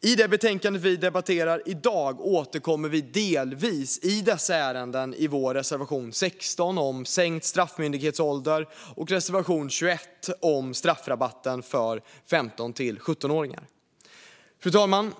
I det betänkande vi debatterar i dag återkommer vi delvis i dessa ärenden i reservation 17 om sänkt straffmyndighetsålder och i reservation 21 om straffrabatten för 15-17-åringar. Fru talman!